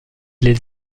les